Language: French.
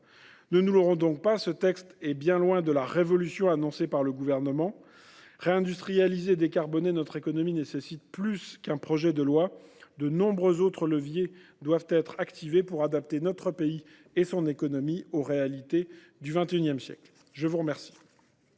Ne nous leurrons donc pas : ce texte est loin de la « révolution » annoncée par le Gouvernement. Réindustrialiser et décarboner notre économie nécessite plus qu’un projet de loi. De nombreux autres leviers devront être activés pour adapter notre pays et son économie aux réalités du XXI siècle. La parole